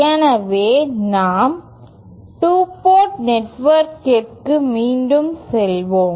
எனவே நாம் 2 போர்ட் நெட்வொர்க்கிற்கு மீண்டும் செல்வோம்